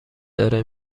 داره